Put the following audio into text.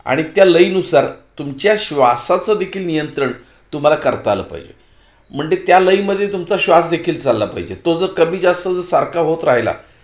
आणि त्या लयीनुसार तुमच्या श्वासाचं देखील नियंत्रण तुम्हाला करता आलं पाहिजे म्हणजे त्या लयीमध्ये तुमचा श्वासदेखील चालला पाहिजे तो जर कमी जास्त जर सारखा होत राहिला